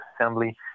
assembly